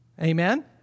Amen